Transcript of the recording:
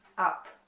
up,